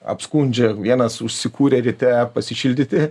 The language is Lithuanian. apskundžia vienas užsikūrė ryte pasišildyti